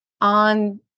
on